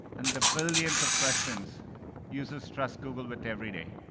and the billions of questions users trust google with everyday.